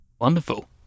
Wonderful